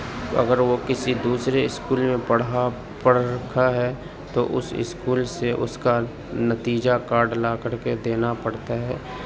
اگر وہ کسی دوسرے اسکول میں پڑھا پڑھ رکھا ہے تو اس اسکول سے اس کا نتیجہ کارڈ لا کر کے دینا پڑتا ہے